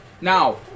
Now